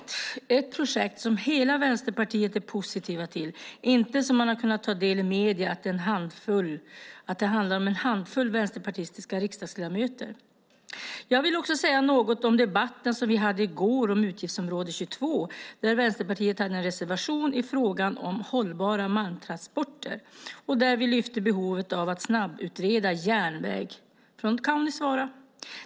Det är ett projekt som hela Vänsterpartiet är positivt till, inte bara en handfull vänsterpartistiska riksdagsledamöter, vilket vi kunnat ta del av i medierna. Låt mig säga något om den debatt vi hade i går om utgiftsområde 22 där Vänsterpartiet hade en reservation beträffande hållbara malmtransporter och lyfte fram behovet av att snabbutreda järnväg från Kaunisvaara.